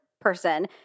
person